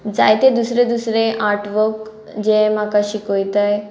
जायते दुसरे दुसरें आर्टवर्क जें म्हाका शिकोयताय